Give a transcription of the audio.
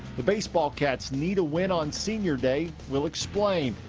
the baseball cats need a win on senior day. we'll explain.